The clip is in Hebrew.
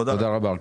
תודה רבה.